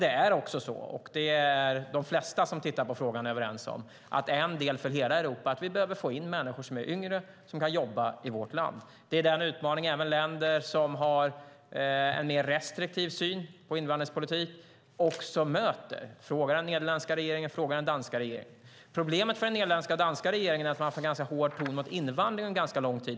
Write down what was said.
Men som de flesta som tittar på frågan är överens om behöver hela Europa få in människor som är yngre och kan jobba. Det är den utmaning som även länder med en mer restriktiv syn på invandringspolitik möter. Fråga den nederländska eller den danska regeringen! Problemet för den nederländska och den danska regeringen är att man haft en ganska hård ton mot invandring under ganska lång tid.